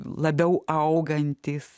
labiau augantys